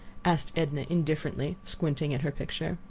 asked edna, indifferently, squinting at her picture.